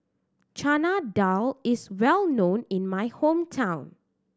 Chana Dal is well known in my hometown